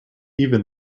even